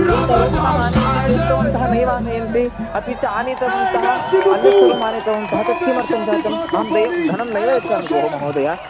बीन्त रोटिका आनयन्ति इति उक्तवन्तः नैव आनयन्ति अपि च आनीतवन्तः अन्यत् सर्वम् आनीतवन्तः तत् किमर्थं जातं अहं दयेव धनं नैव यच्छामि भोः महोदय